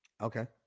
Okay